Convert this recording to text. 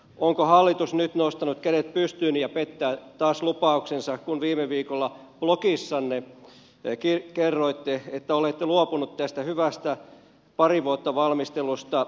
onko hallitus nyt nostanut kädet pystyyn ja pettää taas lupauksensa kun viime viikolla blogissanne kerroitte että olette luopunut tästä hyvästä pari vuotta valmistellusta hankkeesta